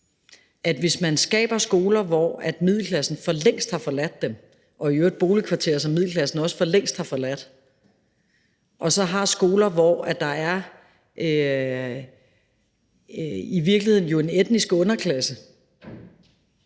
Hvis man skaber skoler, som middelklassen forlængst har forladt, og i øvrigt boligkvarterer, som middelklassen også forlængst har forladt, og så har skoler, hvor der jo i virkeligheden er en etnisk underklasse,